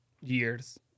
years